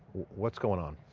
what's going on?